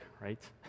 right